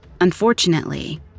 Unfortunately